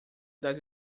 das